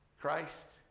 Christ